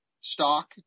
stock